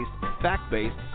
fact-based